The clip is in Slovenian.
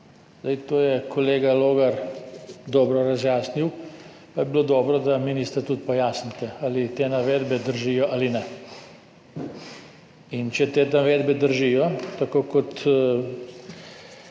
To je kolega Logar dobro razjasnil, pa bi bilo dobro, da, minister, tudi pojasnite, ali te navedbe držijo ali ne. In če te navedbe držijo tako, kot